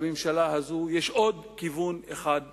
לממשלה הזאת יש עוד כיוון אחד ברור.